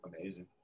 Amazing